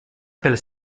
pel